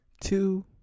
two